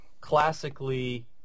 classically